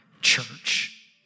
church